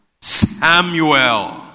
Samuel